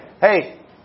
hey